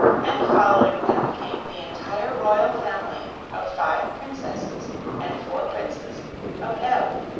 and following them came the entire royal family of five princesses and four princes of ev.